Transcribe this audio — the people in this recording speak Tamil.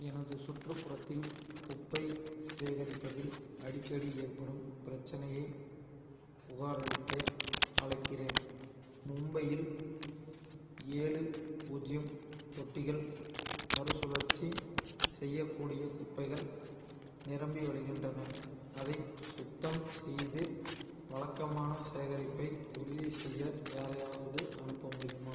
எனது சுற்றுப்புறத்தில் குப்பை சேகரிப்பதில் அடிக்கடி ஏற்படும் பிரச்சனையைப் புகாரளிக்க அழைக்கிறேன் மும்பையில் ஏழு பூஜ்ஜியம் தொட்டிகள் மறுசுழற்சி செய்யக்கூடிய குப்பைகள் நிரம்பி வழிகின்றன அதை சுத்தம் செய்து வழக்கமான சேகரிப்பை உறுதிசெய்ய யாரையாவது அனுப்ப முடியுமா